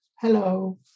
Hello